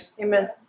Amen